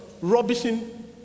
rubbishing